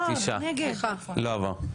לא עבר.